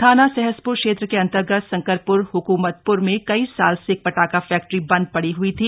थाना सहसपुर क्षेत्र के अंतर्गत शंकरपुर ह्कूमतपुर में कई साल से एक पटाखा फैक्ट्री बंद पड़ी हई थी